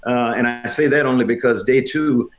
and i say that only because day two,